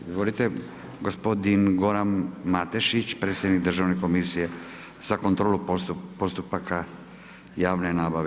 Izvolite gospodin Goran Matešić, predsjednik Državne komisije za kontrolu postupaka javne nabave.